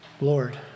Lord